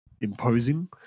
imposing